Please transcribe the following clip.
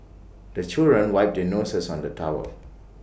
the children wipe their noses on the towel